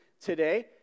today